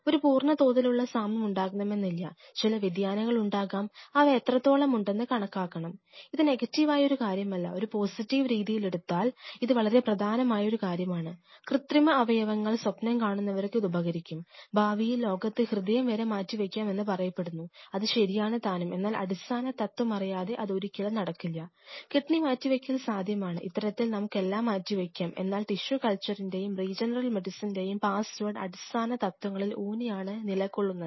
ഒരു പൂർണതോതിലുള്ള സാമ്യം ഉണ്ടാകണമെന്നില്ല ചില വ്യതിയാനങ്ങൾ ഉണ്ടാകാംഅവ എത്രത്തോളമുണ്ടെന്ന് കണക്കാക്കണം ഇത് നെഗറ്റീവായ ഒരു കാര്യമല്ല ഒരു പോസിറ്റീവ് രീതിയിൽ എടുത്താൽ അടിസ്ഥാന തത്വങ്ങളിൽ ഊന്നിയാണ് നിലകൊള്ളുന്നത്